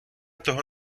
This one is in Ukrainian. того